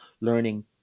learning